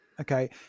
Okay